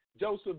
Joseph